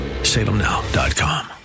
salemnow.com